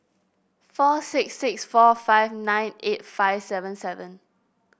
four six six four five nine eight five seven seven